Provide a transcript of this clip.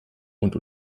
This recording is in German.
und